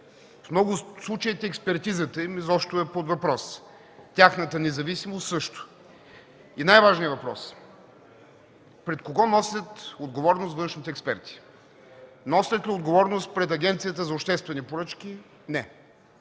В много от случаите експертизата им изобщо е под въпрос. Тяхната независимост – също. Най-важният въпрос: пред кого носят отговорност външните експерти? Носят ли отговорност пред Агенцията за обществени поръчки? –